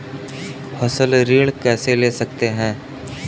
फसल ऋण कैसे ले सकते हैं?